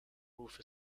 roof